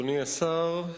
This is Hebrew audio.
אדוני השר,